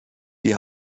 die